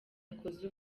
yakoze